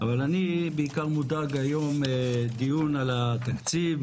אבל אני מודאג היום בדיון על תקציצב,